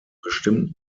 bestimmten